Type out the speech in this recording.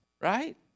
Right